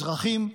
אזרחים,